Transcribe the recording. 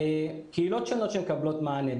קהילות שונות שמקבלות מענה.